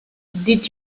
did